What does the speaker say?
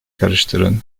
karıştırın